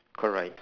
correct